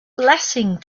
blessing